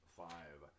five